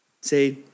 say